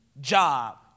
job